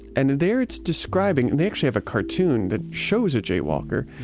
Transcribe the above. and there, it's describing, and they actually have a cartoon that shows a jaywalker.